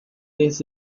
类似